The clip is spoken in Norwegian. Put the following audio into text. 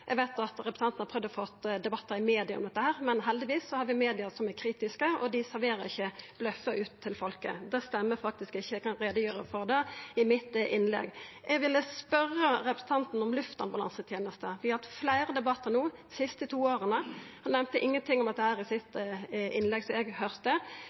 Eg veit at representanten har prøvd å få til debattar i media om dette, men heldigvis har vi media som er kritiske, og dei serverer ikkje bløffar ut til folket. Det han seier, stemmer faktisk ikkje. Eg kan gjere greie for det i mitt innlegg. Eg vil spørja representanten om luftambulansetenesta. Vi har hatt fleire debattar dei to siste åra. Han nemnde ingenting om dette i innlegget sitt, som eg høyrde. Det